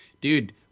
dude